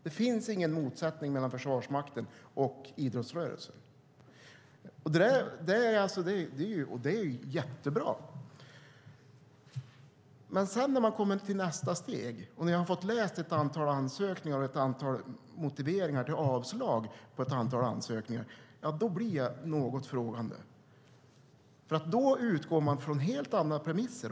Det finns ingen motsättning mellan Försvarsmakten och idrottsrörelsen. Det är jättebra. Men när jag har läst ett antal ansökningar och ett antal motiveringar till avslag blir jag något frågande. Då utgår man från helt andra premisser.